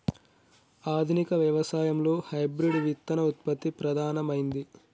ఆధునిక వ్యవసాయం లో హైబ్రిడ్ విత్తన ఉత్పత్తి ప్రధానమైంది